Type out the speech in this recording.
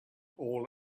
all